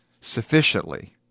sufficiently